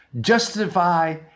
Justify